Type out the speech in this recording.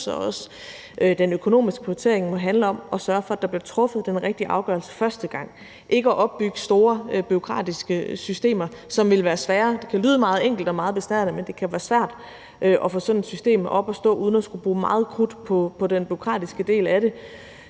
og også den økonomiske prioritering må handle om at sørge for, at der bliver truffet den rigtige afgørelse første gang, og ikke at opbygge store bureaukratiske systemer, som – selv om det kan lyde meget enkelt og meget besnærende – kan være svære at få op at stå uden at skulle bruge meget krudt på den bureaukratiske del af det.